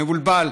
מבולבל.